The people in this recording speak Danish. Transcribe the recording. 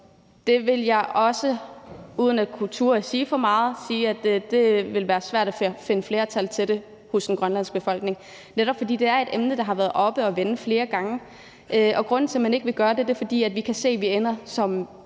op om. Og uden at turde sige for meget vil jeg sige, at det vil være svært at finde flertal til det hos den grønlandske befolkning, netop fordi det er et emne, der har været oppe at vende flere gange. Og grunden til, at man ikke vil gøre det, er, at vi kan se, at vi ender